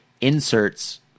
inserts –